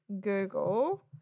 Google